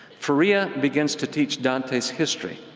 faria begins to teach dantes history,